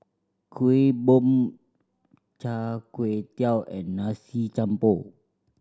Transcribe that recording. Kuih Bom Char Kway Teow and Nasi Campur